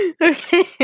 Okay